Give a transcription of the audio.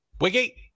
Wiggy